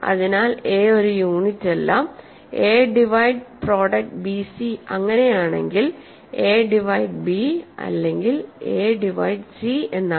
അതിനാൽ a ഒരു യൂണിറ്റ് അല്ല എ ഡിവൈഡ് പ്രോഡക്റ്റ് bc അങ്ങിനെയെങ്കിൽ എ ഡിവൈഡ് ബി അല്ലെങ്കിൽ എ ഡിവൈഡ് സി എന്നാണ്